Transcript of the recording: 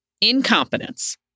Incompetence